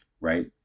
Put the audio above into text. right